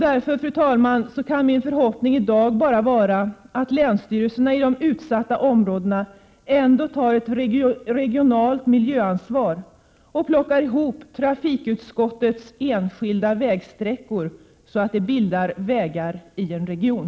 Därför kan min förhoppning i dag, fru talman, bara vara att länsstyrelserna i de utsatta områdena ändå tar ett regionalt miljöansvar och plockar ihop trafikutskottets enskilda vägsträckor så att de bildar vägar i en region.